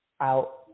out